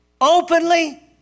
openly